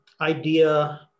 idea